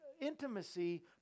Intimacy